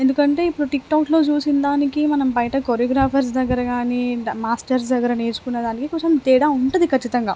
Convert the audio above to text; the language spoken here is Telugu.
ఎందుకంటే ఇపుడు టిక్టాక్లో చూసిందానికి మనం బయట కొరియోగ్రాఫర్స్ దగ్గర కానీ డ మాస్టర్స్ దగ్గర నేర్చుకున్నదానికి కొంచెం తేడా ఉంటుంది కచ్చితంగా